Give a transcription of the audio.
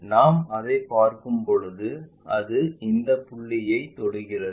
நாம் அதைப் பார்க்கும்போது அது இந்த புள்ளிகளைத் தொடுகிறது